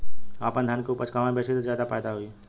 हम अपने धान के उपज कहवा बेंचि त ज्यादा फैदा होई?